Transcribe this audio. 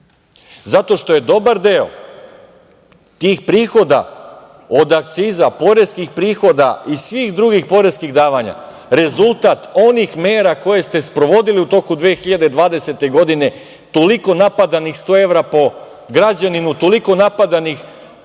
Zato što je dobar deo tih prihoda od akciza, poreskih prihoda i svih drugih poreskih davanja rezultat onih mera koje ste sprovodili u toku 2020. godine, toliko napadanih evra po građaninu, toliko napadanih